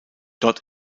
dort